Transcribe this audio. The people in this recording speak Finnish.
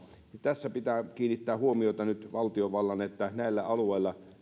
tässä pitää kiinnittää huomiota nyt valtiovallan siihen että näillä alueilla